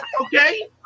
Okay